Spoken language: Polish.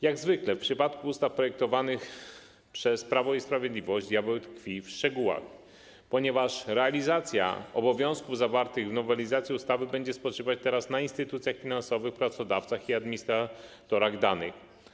Jak zwykle w przypadku ustaw projektowanych przez Prawo i Sprawiedliwość diabeł tkwi w szczegółach, ponieważ realizacja obowiązków zawartych w nowelizacji ustawy będzie spoczywać teraz na instytucjach finansowych, pracodawcach i administratorach danych.